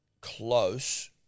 close